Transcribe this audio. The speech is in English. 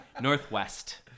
northwest